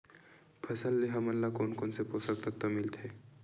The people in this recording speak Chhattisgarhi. फसल से हमन ला कोन कोन से पोषक तत्व मिलथे?